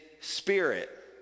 spirit